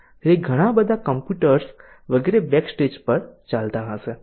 તેથી ઘણા બધા કમ્પ્યુટર્સ વગેરે બેકસ્ટેજ પર ચાલતા હશે